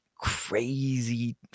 crazy